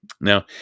Now